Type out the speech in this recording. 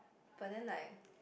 but then like